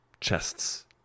chests